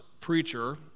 preacher